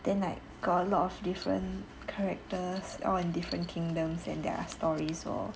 then like got a lot of different characters all in different kingdoms and there are stories lor